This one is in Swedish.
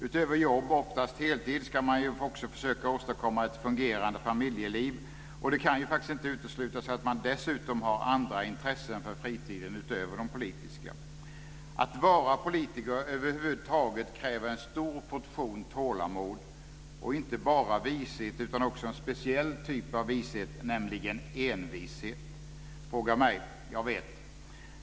Utöver jobbet - oftast heltid - ska man också försöka åstadkomma ett fungerande familjeliv. Det kan ju inte uteslutas att man dessutom har andra intressen på fritiden utöver de politiska. Att vara politiker kräver över huvud taget en stor portion tålamod. Det kräver inte bara vishet utan också en speciell typ av vishet, nämligen envishet. Fråga mig, jag vet.